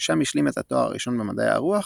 שם השלים את התואר הראשון במדעי הרוח,